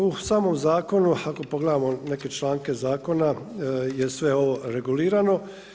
U samom zakonu ako pogledamo neke članke zakona je sve ovo regulirano.